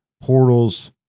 portals